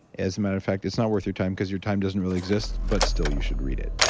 as a matter of fact, it's not worth your time because your time doesn't really exist. but still you should read it